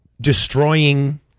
Destroying